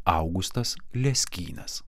augustas leskynas